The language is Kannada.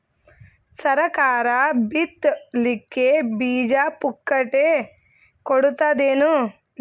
ಸರಕಾರ ಬಿತ್ ಲಿಕ್ಕೆ ಬೀಜ ಪುಕ್ಕಟೆ ಕೊಡತದೇನು?